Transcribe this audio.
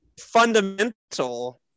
fundamental